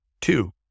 Two